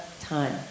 time